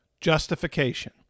Justification